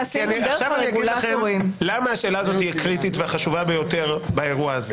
אגיד לכם למה השאלה הזאת היא הקריטית והחשובה ביותר באירוע הזה.